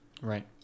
Right